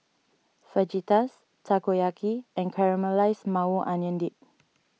Fajitas Takoyaki and Caramelized Maui Onion Dip